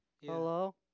Hello